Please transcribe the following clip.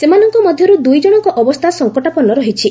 ସେମାନଙ୍କ ମଧ୍ୟରୁ ଦୁଇ ଜଣଙ୍କ ଅବସ୍ଥା ସଙ୍କଟାପନ୍ନ ରହିଛି